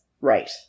Right